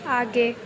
आगे